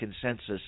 consensus